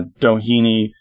Doheny